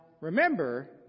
remember